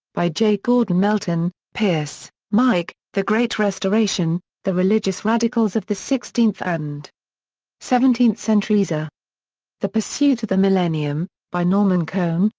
by j. gordon melton, pearse, meic, the great restoration the religious radicals of the sixteenth and seventeenth centuries. ah the pursuit of the millennium, by norman cohn,